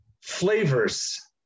flavors